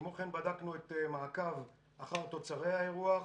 כמו כן, בדקנו את מעקב אחר תוצרי האירוח,